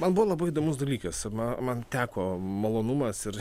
man buvo labai įdomus dalykas ma man teko malonumas ir